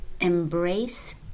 Embrace